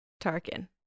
Tarkin